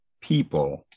people